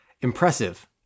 impressive